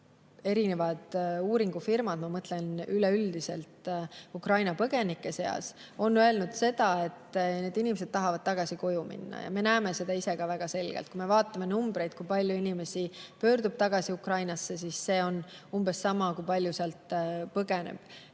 ka erinevad uuringufirmad, ma mõtlen üleüldiselt Ukraina põgenike kohta, on seda öelnud – tahavad tagasi koju minna. Ja me näeme seda ka ise väga selgelt. Kui me vaatame numbreid, kui palju inimesi pöördub tagasi Ukrainasse, siis see on umbes sama, kui palju sealt põgeneb